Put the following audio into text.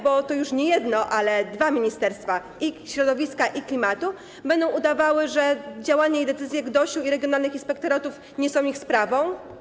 Bo to już nie jedno, ale dwa ministerstwa - i środowiska, i klimatu - będą udawały, że działanie i decyzje GDOŚ i regionalnych inspektoratów nie są ich sprawą.